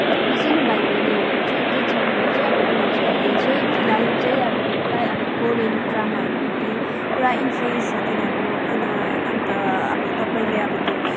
मसिनो भाइ बहिनीहरू चाहिँ के छ भन्दा चाहिँ अब उनीहरू चाहिँ अहिले चाहिँ फिलहाल चाहिँ अब पुरै अब कोरियन ड्रामाहरू पट्टि पूरा इन्फ्लुएन्स छ तिनीहरू अन अन्त अब तपाईँले अब त्यो